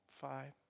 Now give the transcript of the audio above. Five